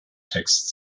text